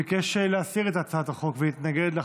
ביקש להסיר את הצעת החוק ולהתנגד לה,